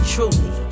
Truly